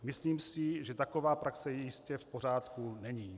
Myslím si, že taková praxe jistě v pořádku není.